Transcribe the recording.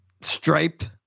striped